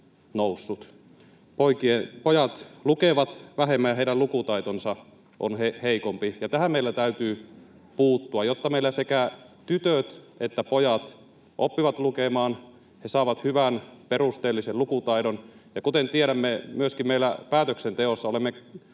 Pojat lukevat vähemmän ja heidän lukutaitonsa on heikompi, ja tähän meillä täytyy puuttua, jotta meillä sekä tytöt että pojat oppivat lukemaan, he saavat hyvän, perusteellisen lukutaidon. Ja kuten tiedämme, myöskin meillä päätöksenteossa olemme